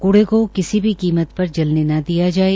कूड़े को किसी भी कीमत पर जलने न दिया जाये